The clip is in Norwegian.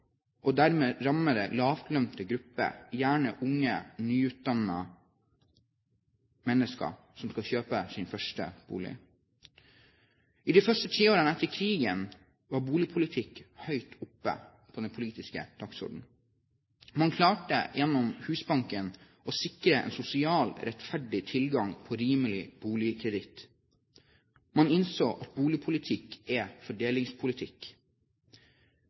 og dermed rammer det lavtlønte grupper, gjerne unge, nyutdannede mennesker som skal kjøpe sin første bolig. I de første tiårene etter krigen var boligpolitikk høyt oppe på den politiske dagsordenen. Man klarte gjennom Husbanken å sikre en sosialt rettferdig tilgang på rimelig boligkreditt. Man innså at boligpolitikk er fordelingspolitikk.